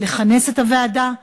לכנס את הוועדה,